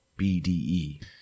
BDE